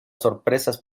sorpresas